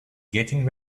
getting